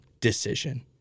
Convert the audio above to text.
decision